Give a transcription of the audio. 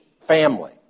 family